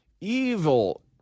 evil